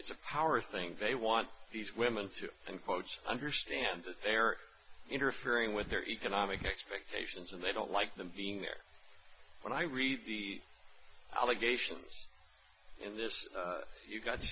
it's a power thing they want these women to encroach understand that they're interfering with their economic expectations and they don't like them being there when i read the allegations in this you've got